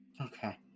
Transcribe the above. Okay